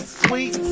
sweet